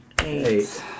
Eight